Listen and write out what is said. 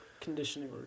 conditioning